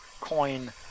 coin